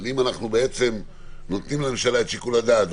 אבל אם אנחנו נותנים לממשלה את שיקול הדעת,